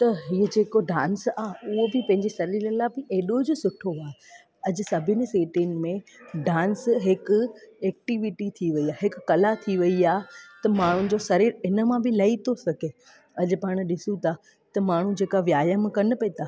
त हीअ जेको डांस आहे उहो बि पंहिंजे शरीर लाइ बि एॾो जि सुठो आहे अॼु सभिनी सीटीनि में डांस हिकु एक्टिविटी थी वई आहे हिकु कला थी वई आहे त माण्हुनि जो शरीर हिन मां बि लई थो सघे अॼु पाण ॾिसूं था त माण्हू जेका व्यायाम कनि बि था